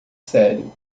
sério